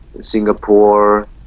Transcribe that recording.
Singapore